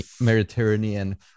Mediterranean